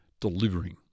delivering